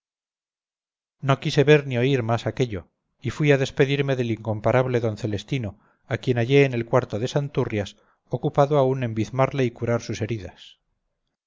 no quise ver ni oír más aquello y fui a despedirme del incomparable d celestino a quien hallé en el cuarto de santurrias ocupado aún en bizmarle y curar sus heridas